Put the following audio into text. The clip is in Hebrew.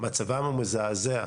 מצבם מזעזע.